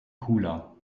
cooler